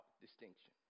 distinction